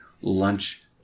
lunch